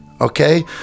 Okay